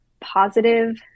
positive